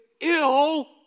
ill